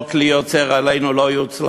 אבל אמרתי לכם: "כל כלי יוצר עלינו לא יצלח",